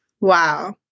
Wow